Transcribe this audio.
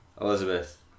Elizabeth